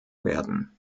werden